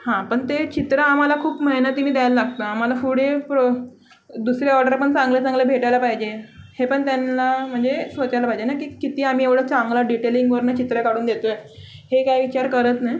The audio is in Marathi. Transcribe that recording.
हां पण ते चित्र आम्हाला खूप मेहनतीने द्यायला लागतं आम्हाला पुढे प्र दुसरे ऑर्डर पण चांगले चांगले भेटायला पाहिजे हे पण त्यांना म्हणजे सोचायला पाहिजे ना की किती आम्ही एवढं चांगलं डिटेलिंगवरून चित्र काढून देतोय हे काय विचार करत नाई